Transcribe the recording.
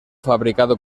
fabricado